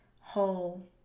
whole